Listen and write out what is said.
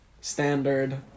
standard